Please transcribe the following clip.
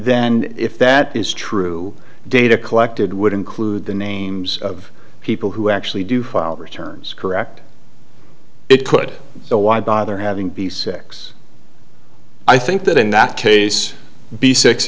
then if that is true data collected would include the names of people who actually do file returns correct it could so why bother having be six i think that in that case b six